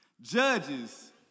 judges